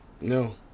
No